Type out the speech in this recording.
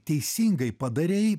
teisingai padarei